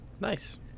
Nice